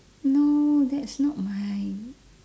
no that's not my